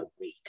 wait